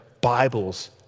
Bibles